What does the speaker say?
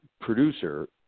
producer